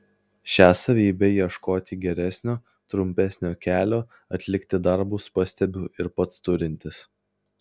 šią savybę ieškoti geresnio trumpesnio kelio atlikti darbus pastebiu ir pats turintis